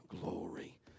glory